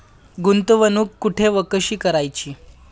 गुंतवणूक कुठे व कशी करायची?